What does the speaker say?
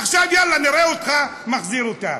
עכשיו, יאללה, נראה אותך מחזיר אותה.